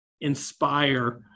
inspire